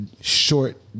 Short